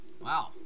Wow